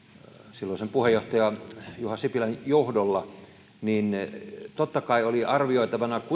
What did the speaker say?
silloisen puheenjohtajan juha sipilän johdolla niin totta kai oli arvioitavana se